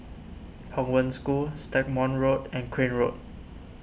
Hong Wen School Stagmont Road and Crane Road